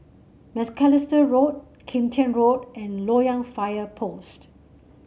Macalister Road Kim Tian Road and Loyang Fire Post